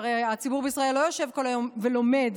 שהרי הציבור בישראל לא יושב כל היום ולומד